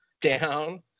down